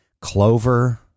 Clover